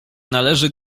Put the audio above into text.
należy